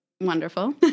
wonderful